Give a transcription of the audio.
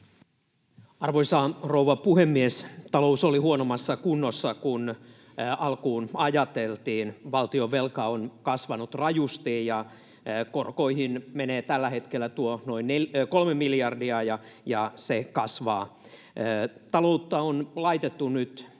Arvoisa rouva puhemies! Talous oli huonommassa kunnossa kuin alkuun ajateltiin. Valtionvelka on kasvanut rajusti, korkoihin menee tällä hetkellä tuo noin kolme miljardia, ja se kasvaa. Taloutta on laitettu nyt